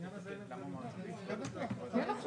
אבל כן,